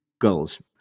Goals